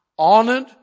Honored